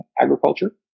agriculture